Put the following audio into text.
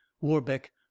warbeck